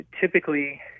Typically